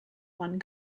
one